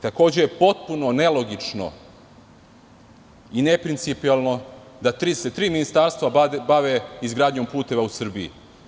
Takođe je potpuno nelogično i neprincipijelno da se tri ministarstva bave izgradnjom puteva u Srbiji.